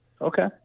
Okay